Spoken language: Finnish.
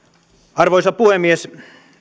arvoisa puhemies